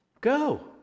Go